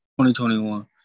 2021